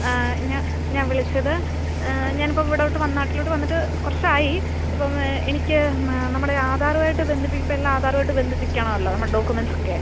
ആ ഞാ ഞാൻ വിളിച്ചത് ഞാനിപ്പോൾ ഇവിടോട്ട് വ നാട്ടിലോട്ട് വന്നിട്ട് കുറച്ചായി അപ്പം എനിക്ക് മാ നമ്മുടെ ആധാറുവായിട്ട് ബന്ധിപ്പിക്കാൻ ഇപ്പം എല്ലാ ആധാറുവായിട്ട് ബന്ധിപ്പിക്കണമല്ലോ നമ്മുടെ ഡോക്യുമെന്സൊക്കെ